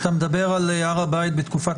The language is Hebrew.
מעולם לא שמענו פקודה שקשורה בשום צורה למה